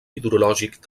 hidrològic